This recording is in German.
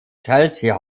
chelsea